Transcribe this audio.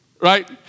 right